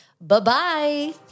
Bye-bye